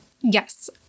Yes